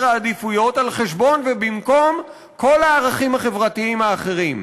העדיפויות על חשבון ובמקום כל הערכים החברתיים האחרים.